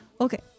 Okay